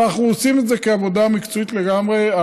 אנחנו עושים את זה כעבודה מקצועית לגמרי.